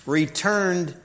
returned